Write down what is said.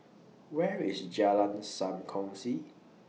Where IS Jalan SAM Kongsi